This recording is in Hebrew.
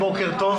בוקר טוב.